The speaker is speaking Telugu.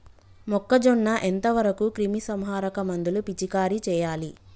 మొక్కజొన్న ఎంత వరకు క్రిమిసంహారక మందులు పిచికారీ చేయాలి?